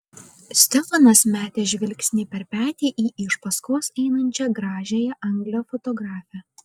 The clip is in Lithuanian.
stefanas metė žvilgsnį per petį į iš paskos einančią gražiąją anglę fotografę